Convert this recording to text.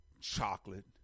chocolate